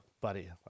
buddy